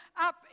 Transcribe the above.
up